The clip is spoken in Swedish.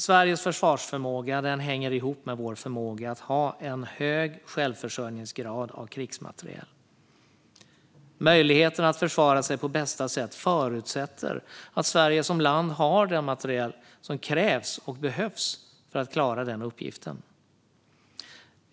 Sveriges försvarsförmåga hänger ihop med vår förmåga att ha en hög självförsörjningsgrad av krigsmateriel. Möjligheten att försvara sig på bästa sätt förutsätter att Sverige som land har den materiel som krävs och behövs för att klara den uppgiften.